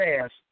fast